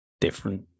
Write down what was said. different